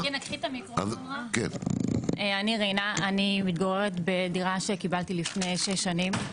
אני מתגוררת בדירה שקיבלתי לפני שש שנים.